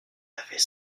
avait